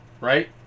right